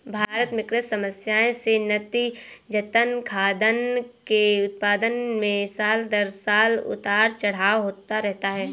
भारत में कृषि समस्याएं से नतीजतन, खाद्यान्न के उत्पादन में साल दर साल उतार चढ़ाव होता रहता है